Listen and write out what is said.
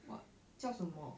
what 叫什么